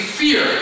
fear